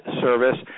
service